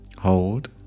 Hold